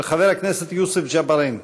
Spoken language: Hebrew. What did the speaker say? של חבר הכנסת יוסף ג'בארין.